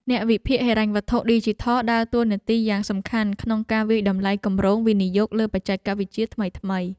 អ្នកវិភាគហិរញ្ញវត្ថុឌីជីថលដើរតួនាទីយ៉ាងសំខាន់ក្នុងការវាយតម្លៃគម្រោងវិនិយោគលើបច្ចេកវិទ្យាថ្មីៗ។